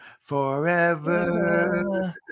forever